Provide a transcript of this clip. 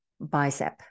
bicep